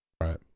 Right